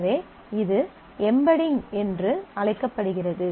எனவே இது எம்பெடிங் என்று அழைக்கப்படுகிறது